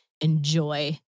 enjoy